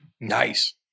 Nice